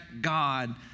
God